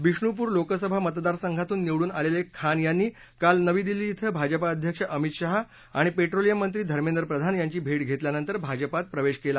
बिष्णूपूर लोकसभा मतदार संघातून निवडून आलेले खान यांनी काल नवी दिल्ली इथं भाजपा अध्यक्ष अमित शहा आणि पेट्रोलियम मंत्री धमेंद्र प्रधान यांची भे घेतल्यानंतर भाजपात प्रवेश केला